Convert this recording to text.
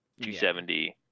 270